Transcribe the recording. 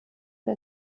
der